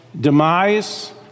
demise